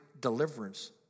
deliverance